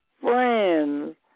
friends